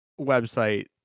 website